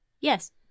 yes